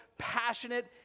passionate